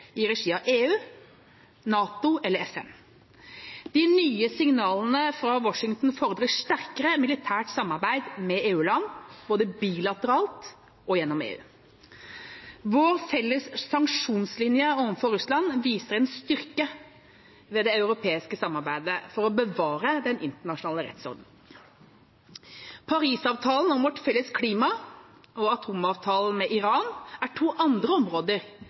i regi av EU, NATO eller FN. De nye signalene fra Washington fordrer sterkere militært samarbeid med EU-land, både bilateralt og gjennom EU. Vår felles sanksjonslinje overfor Russland viser en styrke ved det europeiske samarbeidet for å bevare den internasjonale rettsordenen. Parisavtalen om vårt felles klima og atomavtalen med Iran er to andre områder